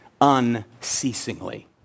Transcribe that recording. unceasingly